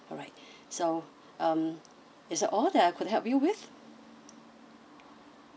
alright so um is that all that I could help you with